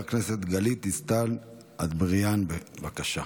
חברת הכנסת גלית דיסטל אטבריאן, בבקשה.